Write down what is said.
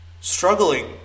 struggling